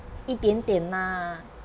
一点点 lah